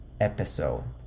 episode